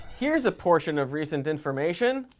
here's a portion of recent information,